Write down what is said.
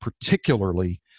particularly